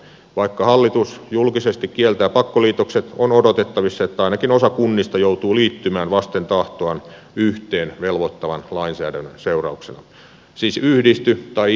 vaikka hallitus julkisesti kieltää pakkoliitokset on odotettavissa että ainakin osa kunnista joutuu liittymään vasten tahtoaan yhteen velvoittavan lainsäädännön seurauksena siis yhdisty tai itket ja yhdistyt